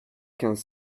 quinze